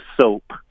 soap